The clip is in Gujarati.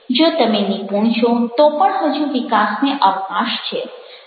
જો તમે નિપુણ છો તો પણ હજુ વિકાસને અવકાશ છે